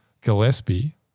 Gillespie